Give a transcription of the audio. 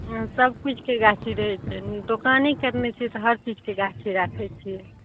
सबकिछुके गाछी रहै छै दोकानी करने छियै तऽ हर चीजके गाछ राखै छियै